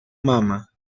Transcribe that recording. mama